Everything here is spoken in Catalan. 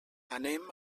anem